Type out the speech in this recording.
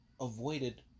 avoided